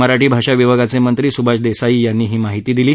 मराठी भाषा विभागाचे मंत्री सुभाष देसाई यांनी ही माहिती दिली आहे